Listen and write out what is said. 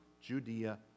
Judea